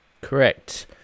correct